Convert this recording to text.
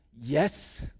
Yes